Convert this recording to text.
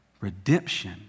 Redemption